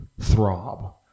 throb